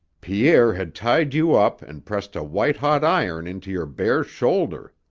pierre had tied you up and pressed a white-hot iron into your bare shoulder.